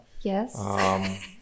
Yes